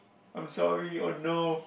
I'm sorry oh no